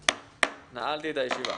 נעלתי את הישיבה.